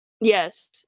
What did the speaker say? Yes